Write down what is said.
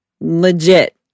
Legit